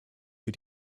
für